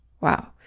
Wow